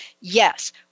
Yes